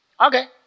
Okay